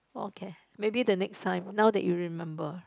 okay maybe the next time now that you remember